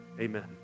amen